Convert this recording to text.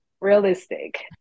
realistic